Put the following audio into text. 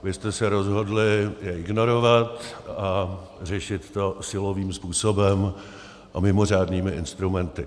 Vy jste se rozhodli je ignorovat a řešit to silovým způsobem a mimořádnými instrumenty.